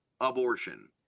abortion